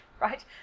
right